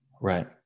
right